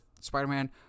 Spider-Man